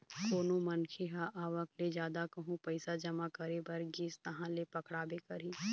कोनो मनखे ह आवक ले जादा कहूँ पइसा जमा करे बर गिस तहाँ ले पकड़ाबे करही